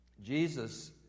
Jesus